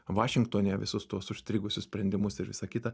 vašingtone visus tuos užstrigusius sprendimus ir visa kita